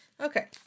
Okay